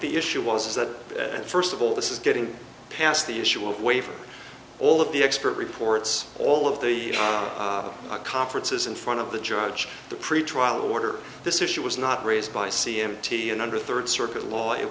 the issue was that first of all this is getting past the issue of way for all of the expert reports all of the conferences in front of the judge the pretrial order this issue was not raised by c m t and under third circuit law it